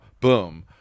boom